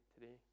today